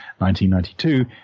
1992